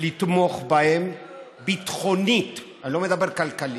לתמוך בהם ביטחונית, אני לא מדבר כלכלית.